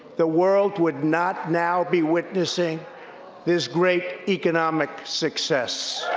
the world would not now be witnessing this great economic success.